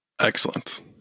Excellent